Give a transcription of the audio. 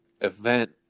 event